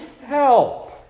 help